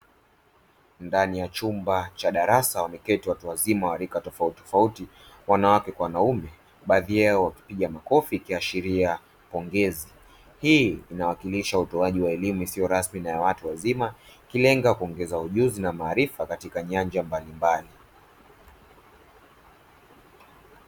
Ndani ya chumba cha darasa wameketi watu wazima wa rika tofautitofauti wanawake kwa wanaume baadhi yao wakipiga makofi ikiashiria pongezi. Hii inawakilisha utoaji wa elimu isiyo rasmi na ya watu wazima ikilenga kuongeza ujuzi na maarifa katika nyanja mbalimbali.